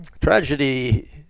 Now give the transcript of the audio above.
Tragedy